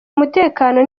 umutekano